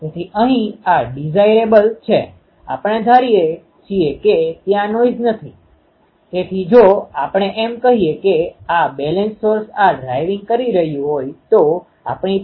તેથી તમે જુઓ કે આપણે આ રચનામાં હમણાં જ સ્નેપશોટ લીધો છે કે એન્ટેના 2 પર જોકે તે વાયર એન્ટેના છે આપણે એન્ટેના 1 અને એન્ટેના 2 દોરવા માટે આ બિંદુને ધ્યાનમાં લીધું છે